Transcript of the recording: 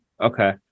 Okay